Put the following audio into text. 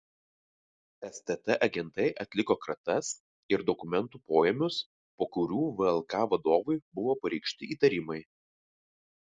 stt agentai atliko kratas ir dokumentų poėmius po kurių vlk vadovui buvo pareikšti įtarimai